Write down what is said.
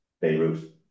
Beirut